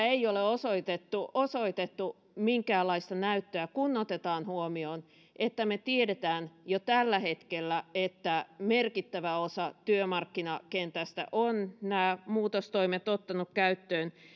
ei ole osoitettu osoitettu minkäänlaista näyttöä kun otetaan huomioon että me tiedämme jo tällä hetkellä että merkittävä osa työmarkkinakentästä on nämä muutostoimet ottanut käyttöön